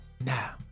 Now